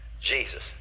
Jesus